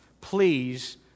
please